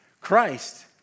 Christ